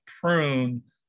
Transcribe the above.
prune